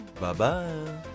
Bye-bye